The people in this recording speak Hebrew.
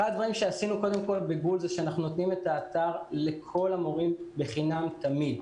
אחד הדברים שעשינו בגול היה לאפשר את האתר לכל המורים בחינם תמיד.